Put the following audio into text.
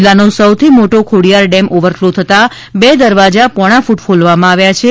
જિલ્લાનો સૌથી મોટો ખોડિયાર ડેમ ઓવરફ્લો થતાં બે દરવાજા પોણો ફ્રટ ખોલવામાં આવ્યો છે